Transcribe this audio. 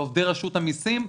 לעובדי רשות המסים,